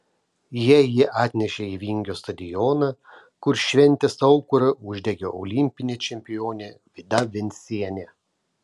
jie jį atnešė į vingio stadioną kur šventės aukurą uždegė olimpinė čempionė vida vencienė